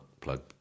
plug